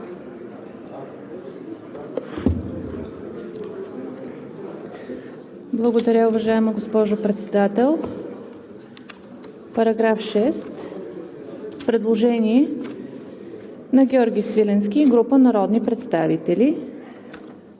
Благодаря, уважаема госпожо Председател. По § 6 има предложение на Георги Свиленски и група народни представители: